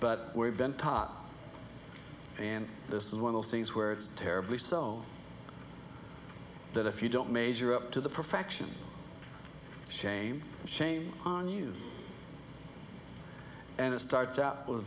but we've been taught and this is one of those things where it's terribly sown that if you don't measure up to the perfection shame shame on you and it starts out with